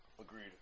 agreed